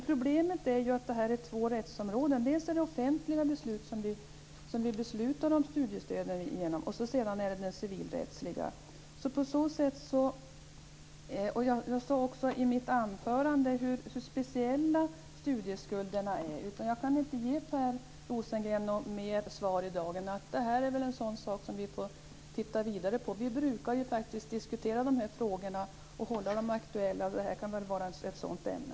Problemet är att detta berör två rättsområden: offentliga beslut om studiestöd och det civilrättsliga området. I mitt anförande talade jag om hur speciella studieskulderna är. Jag kan inte ge Per Rosengren något ytterligare svar i dag än att vi får titta vidare på detta. Vi brukar diskutera dessa frågor och hålla dem aktuella, och det här kan vara ett sådant ämne.